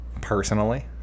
personally